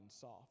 soft